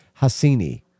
Hassini